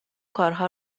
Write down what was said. کارها